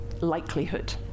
likelihood